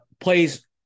plays